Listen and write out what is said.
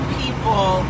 people